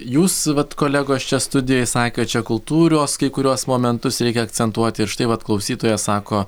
jūs vat kolegos čia studijoj sakėt čia kultūros kai kuriuos momentus reikia akcentuoti ir štai vat klausytoja sako